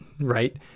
right